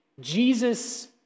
Jesus